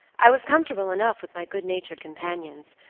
i was comfortable enough with my good-natured companions,